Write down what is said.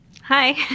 Hi